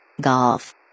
Golf